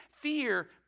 Fear